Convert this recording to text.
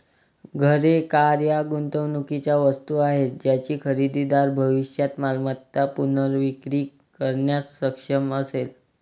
घरे, कार या गुंतवणुकीच्या वस्तू आहेत ज्याची खरेदीदार भविष्यात मालमत्ता पुनर्विक्री करण्यास सक्षम असेल